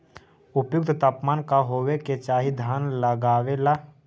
उपयुक्त तापमान का होबे के चाही धान लगावे ला?